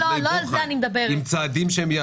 עם צעדים שהם יעשו,